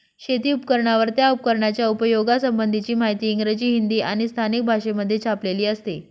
शेती उपकरणांवर, त्या उपकरणाच्या उपयोगा संबंधीची माहिती इंग्रजी, हिंदी आणि स्थानिक भाषेमध्ये छापलेली असते